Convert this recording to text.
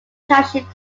township